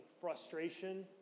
frustration